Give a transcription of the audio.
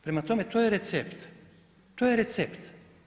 Prema tome, to je recept, to je recept.